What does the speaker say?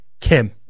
Kim